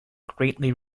greatly